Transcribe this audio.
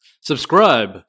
Subscribe